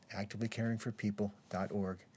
activelycaringforpeople.org